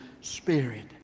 Spirit